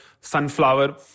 sunflower